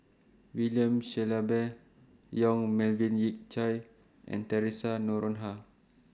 William Shellabear Yong Melvin Yik Chye and Theresa Noronha